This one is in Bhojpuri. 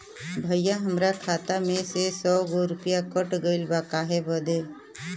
भईया हमरे खाता मे से सौ गो रूपया कट गइल बा काहे बदे?